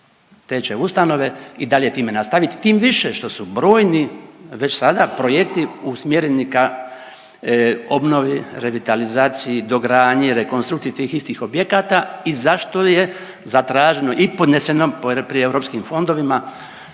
te će ustanove i dalje time nastavit tim više što su brojni već sada projekti usmjereni ka obnovi, revitalizaciji, dogradnji, rekonstrukciji tih istih objekata i zašto je zatraženo i podneseno pri europskim fondovima